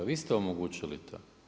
Vi ste omogućili to.